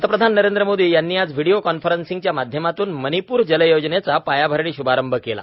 पंतप्रधान नरेंद्र मोदी यांनी आज व्हिडिओ कॉन्फरन्सिंगच्या माध्यमातून माणिपूर जल योजनेचा पायाभरणी श्भारंभ केला